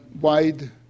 wide